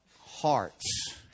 hearts